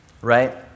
right